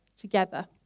together